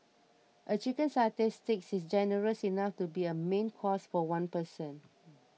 a Chicken Satay Stick is generous enough to be a main course for one person